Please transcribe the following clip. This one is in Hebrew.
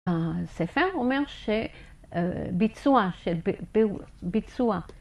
‫הספר אומר שביצוע, שביצוע.